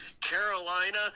Carolina